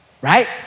right